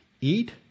eat